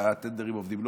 הטנדרים כן עובדים,